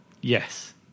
Yes